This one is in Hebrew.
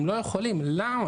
הם לא יכולים, למה?